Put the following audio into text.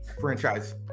franchise